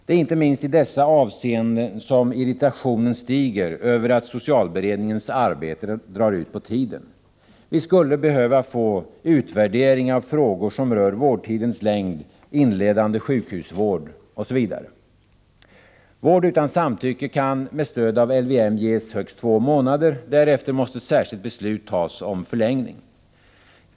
Det är inte minst i där berörda avseenden som irritationen stiger över att socialberedningens arbete drar ut på tiden. Vi skulle behöva få utvärdering av frågor som rör vårdtidens längd, inledande sjukhusvård m.m. Vård utan samtycke kan med stöd av LVM ges högst två månader. Därefter måste särskilt beslut tas om förlängning.